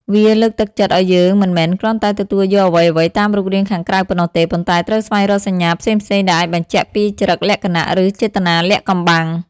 វាលើកទឹកចិត្តឲ្យយើងមិនមែនគ្រាន់តែទទួលយកអ្វីៗតាមរូបរាងខាងក្រៅប៉ុណ្ណោះទេ ប៉ុន្តែត្រូវស្វែងរកសញ្ញាផ្សេងៗដែលអាចបញ្ជាក់ពីចរិតលក្ខណៈ ឬចេតនាលាក់កំបាំង។